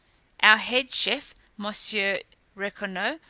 our head chef, monsieur raconnot,